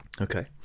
Okay